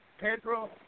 Pedro